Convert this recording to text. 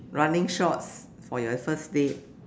running shorts for your first date